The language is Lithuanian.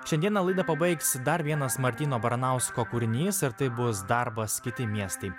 šiandieną laidą pabaigs dar vienas martyno baranausko kūrinys ir tai bus darbas kiti miestai